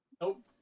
Nope